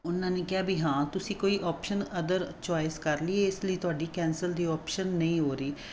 ਉਹਨਾਂ ਨੇ ਕਿਹਾ ਵੀ ਹਾਂ ਤੁਸੀਂ ਕੋਈ ਆਪਸ਼ਨ ਅਦਰ ਚੋਇਸ ਕਰ ਲਈ ਇਸ ਲਈ ਤੁਹਾਡੀ ਕੈਂਸਲ ਦੀ ਆਪਸ਼ਨ ਨਹੀਂ ਹੋ ਰਹੀ